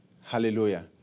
Hallelujah